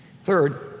Third